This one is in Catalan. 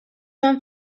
van